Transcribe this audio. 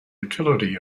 utility